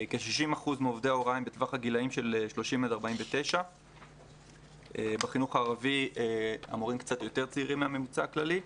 כ-60% מעובדי ההוראה הם בטווח הגילים של 30 עד 49. בחינוך הערבי המורים קצת יותר צעירים מהממוצע הכללי.